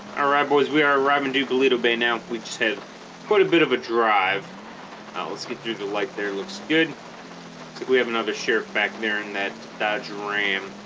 ah right boys we are arriving dude bolito bay now we just had quite a bit of a drive ah let's get through the light there looks good like we have another sheriff back there in that dodge ram